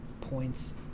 points